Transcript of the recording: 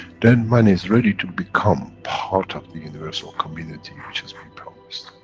then man is ready to become part of the universal community which has been promised.